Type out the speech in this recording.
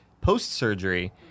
post-surgery